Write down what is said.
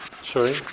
Sorry